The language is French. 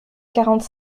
quarante